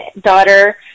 daughter